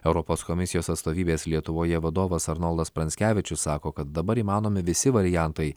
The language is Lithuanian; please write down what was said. europos komisijos atstovybės lietuvoje vadovas arnoldas pranckevičius sako kad dabar įmanomi visi variantai